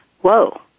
whoa